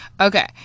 Okay